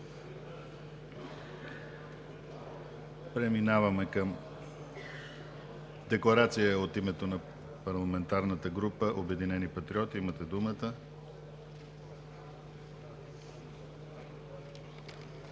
гласуване. Декларация от името на парламентарната група „Обединени патриоти“. Имате думата.